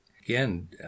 Again